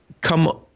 come